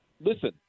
listen